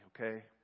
okay